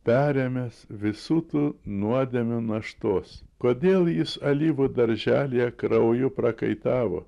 perėmęs visų tų nuodėmių naštos kodėl jis alyvų darželyje krauju prakaitavo